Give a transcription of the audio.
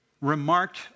remarked